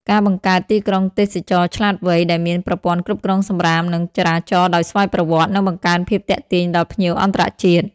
ការបង្កើត "ទីក្រុងទេសចរណ៍ឆ្លាតវៃ" ដែលមានប្រព័ន្ធគ្រប់គ្រងសំរាម និងចរាចរណ៍ដោយស្វ័យប្រវត្តិ នឹងបង្កើនភាពទាក់ទាញដល់ភ្ញៀវអន្តរជាតិ។